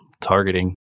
targeting